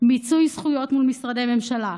מיצוי זכויות מול משרדי ממשלה,